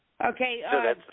Okay